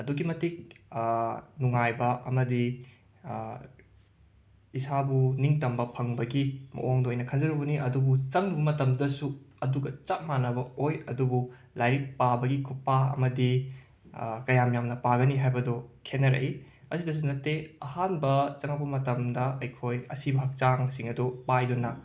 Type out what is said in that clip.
ꯑꯗꯨꯛꯀꯤ ꯃꯇꯤꯛ ꯅꯨꯡꯉꯥꯏꯕ ꯑꯃꯗꯤ ꯏꯁꯥꯕꯨ ꯅꯤꯡꯇꯝꯕ ꯐꯪꯕꯒꯤ ꯃꯑꯣꯡꯗ ꯑꯣꯏꯅ ꯈꯟꯖꯔꯨꯕꯅꯤ ꯑꯗꯨꯕꯨ ꯆꯪꯉꯨꯕ ꯃꯇꯝꯗꯁꯨ ꯑꯗꯨꯒ ꯆꯞ ꯃꯥꯟꯅꯕ ꯑꯣꯏ ꯑꯗꯨꯕꯨ ꯂꯥꯏꯔꯤꯛ ꯄꯥꯕꯒꯤ ꯈꯨꯄꯥ ꯑꯃꯗꯤ ꯀꯌꯥꯝ ꯌꯥꯝꯅ ꯄꯥꯒꯅꯤ ꯍꯥꯕꯗꯣ ꯈꯦꯠꯅꯔꯛꯏ ꯑꯗꯨꯗꯁꯨ ꯅꯠꯇꯦ ꯑꯍꯥꯟꯕ ꯆꯪꯉꯛꯄ ꯃꯇꯝꯗ ꯑꯩꯈꯣꯏ ꯑꯁꯤꯕ ꯍꯛꯆꯥꯡꯁꯤꯡ ꯑꯗꯣ ꯄꯥꯏꯗꯨꯅ